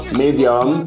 medium